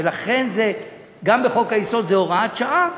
ולכן גם בחוק-היסוד זה הוראת שעה,